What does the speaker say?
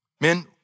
Men